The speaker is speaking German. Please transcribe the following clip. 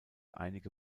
einige